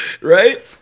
Right